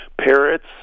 Parrots